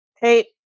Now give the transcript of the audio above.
Hey